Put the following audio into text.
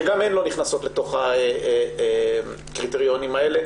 שגם הן לא נכנסות לתוך הקריטריונים האלה,